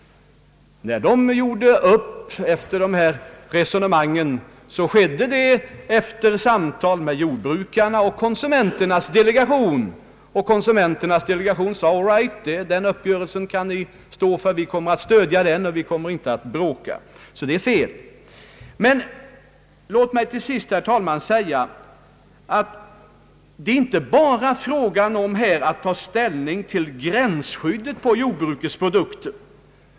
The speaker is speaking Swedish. När uppgörelsen träffades skedde det just efter samtal med jordbrukarnas och konsumenternas delegationer. Den senare sade: All right, den uppgörelsen kan vi stå för. Vi kommer att stödja den och vi kommer inte att bråka. — Herr Larsson gjorde alltså ett felaktigt påstående. Låt mig till sist, herr talman, säga att det här inte bara är fråga om att ta ställning till gränsskyddet för jordbrukets produkter.